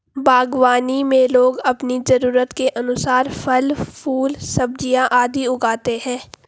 बागवानी में लोग अपनी जरूरत के अनुसार फल, फूल, सब्जियां आदि उगाते हैं